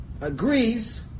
agrees